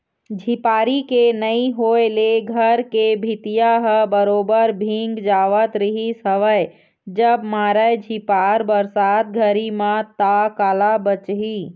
झिपारी के नइ होय ले घर के भीतिया ह बरोबर भींग जावत रिहिस हवय जब मारय झिपार बरसात घरी म ता काला बचही